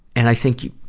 and i think you,